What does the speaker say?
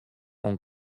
oan